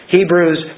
Hebrews